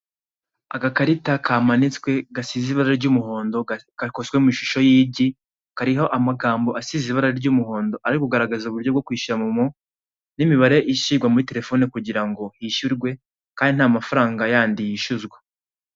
Agakarita kamanitswe, gasize ibara ry'umuhondo, gakozwe mu ishusho y'igi, kariho amagambo asize ibara ry'umuhondo, ari kugaragaza uburyo bwo kwishyura momo, n'imibare ishyirwa muri telefone kugira ngo hishyurwe, kandi nta mafaranga yandi yishyuzwa.